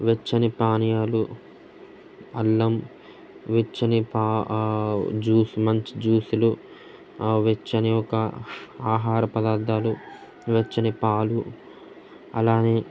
వెచ్చని పానీయాలు అన్నం వెచ్చని పా జ్యూస్ మంచి జ్యూసులు వెచ్చని ఒక ఆహార పదార్థాలు వెచ్చని పాలు అలానే